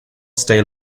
stay